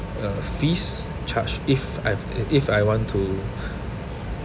uh fees charged if I if I want to